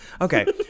Okay